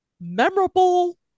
Memorable